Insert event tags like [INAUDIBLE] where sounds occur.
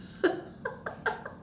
[LAUGHS]